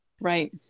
Right